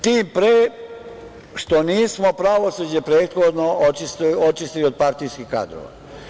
Tim pre što nismo pravosuđe prethodno očistili od partijskih kadrova.